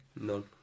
None